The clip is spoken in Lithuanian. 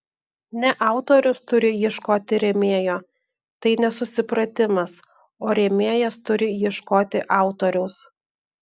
ne autorius turi ieškoti rėmėjo tai nesusipratimas o rėmėjas turi ieškoti autoriaus